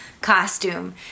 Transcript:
costume